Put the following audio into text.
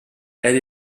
elle